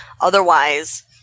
otherwise